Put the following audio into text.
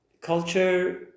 Culture